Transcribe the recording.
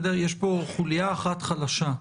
יש פה חולייה אחת חלשה,